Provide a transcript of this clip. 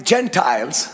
Gentiles